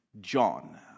John